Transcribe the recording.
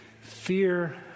Fear